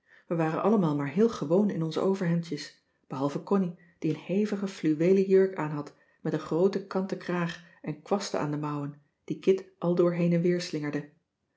we waren allemaal maar heel gewoon in onze overhemdjes behalve connie die een hevige fluweelen jurk aanhad met een grooten kanten kraag en kwasten aan de mouwen die kit aldoor heen en weer slingerde